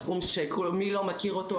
התחום שמי לא מכיר אותו,